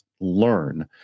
learn